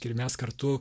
ir mes kartu